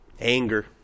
Anger